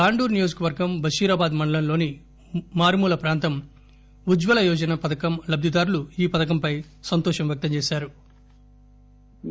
తాండూరు నియోజకవర్గం బషీరాబాద్ మండలం లోని మారుమూల ప్రాంతం ఉజ్వల యోజన పథకం లబ్లి దారులు ఈ పధకం పై సంతోషం వ్యక్తం చేశారు